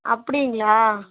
அப்படிங்களா